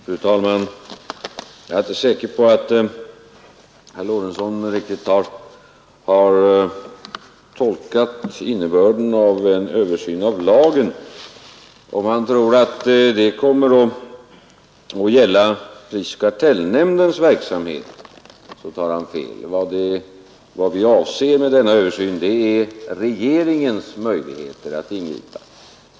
Fru talman! Jag är inte säker på att herr Lorentzon riktigt har tolkat innebörden av översyn av lagen. Om herr Lorentzon tror att den kommer att gälla prisoch kartellnämndens verksamhet tar han fel. Vad vi avser med denna översyn är regeringens möjligheter att ingripa.